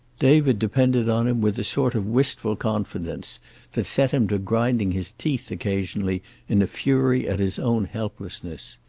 david depended on him with a sort of wistful confidence that set him to grinding his teeth occasionally in a fury at his own helplessness.